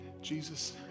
Jesus